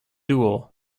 dual